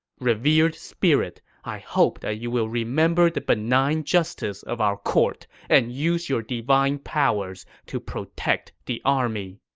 revered spirit, i hope that you will remember the benign justice of our court and use your divine powers to protect the army.